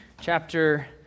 chapter